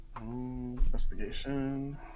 Investigation